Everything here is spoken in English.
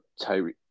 Tyree